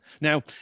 Now